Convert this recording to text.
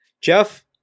Jeff